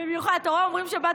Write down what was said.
במיוחד.